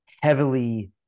heavily